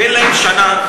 תן להם שנה,